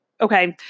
Okay